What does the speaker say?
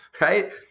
right